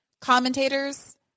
commentators